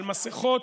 על מסכות,